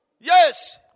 Yes